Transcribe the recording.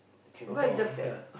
Singapore not bad ah